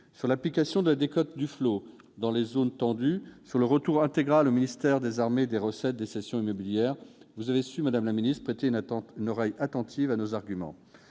Sur l'application de la décote Duflot dans les zones tendues et sur le retour intégral au ministère des armées des recettes de cessions immobilières, vous avez su prêter une oreille attentive à nos arguments.